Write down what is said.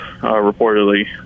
reportedly